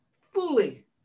fully